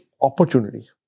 opportunity